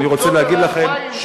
אני רוצה להגיד לכם,